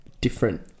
different